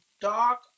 dark